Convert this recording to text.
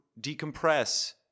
decompress